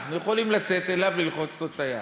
אנחנו יכולים לצאת אליו וללחוץ לו את היד.